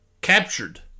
captured